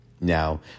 Now